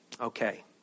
okay